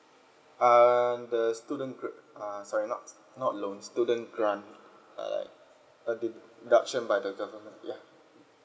uh the student uh sorry not not loans student grant uh a deduction by the government ya